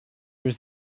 was